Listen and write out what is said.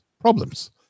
problems